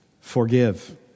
forgive